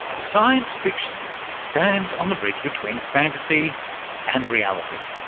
science fiction stands on the bridge between fantasy and reality.